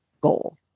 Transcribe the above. goal